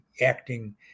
acting